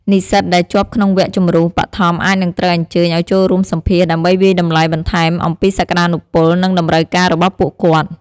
និស្សិតដែលជាប់ក្នុងវគ្គជម្រុះបឋមអាចនឹងត្រូវអញ្ជើញឱ្យចូលរួមសម្ភាសន៍ដើម្បីវាយតម្លៃបន្ថែមអំពីសក្តានុពល និងតម្រូវការរបស់ពួកគាត់។